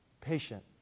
Patient